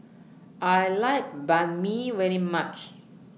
I like Banh MI very much